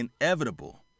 inevitable